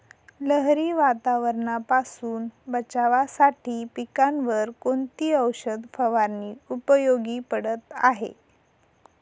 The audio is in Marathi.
लहरी वातावरणापासून बचावासाठी पिकांवर कोणती औषध फवारणी उपयोगी पडत आहे?